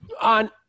on